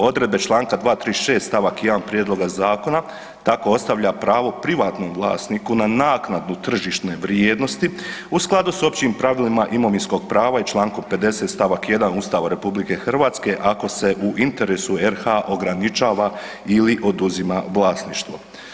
Odredbe čl. 236. st. 1. Prijedloga zakona tako ostavlja pravo privatnom vlasniku na naknadu tržišne vrijednosti u skladu s općim pravilima imovinskog prava i čl. 50. st. 1. Ustava RH ako se u interesu RH ograničava ili oduzima vlasništvo.